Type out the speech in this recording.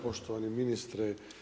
Poštovani ministre.